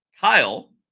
Kyle